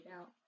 out